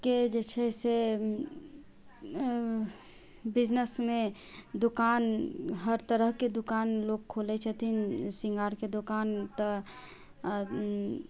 के जे छै से बिजनेसमे दोकान हर तरहके दोकान लोक खोलै छथिन सिङ्गारके दोकान तऽ